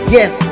Yes